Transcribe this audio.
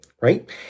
right